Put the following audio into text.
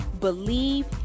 believe